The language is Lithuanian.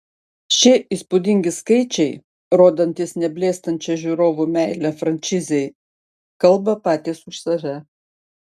šie įspūdingi skaičiai rodantys neblėstančią žiūrovų meilę frančizei kalba patys už save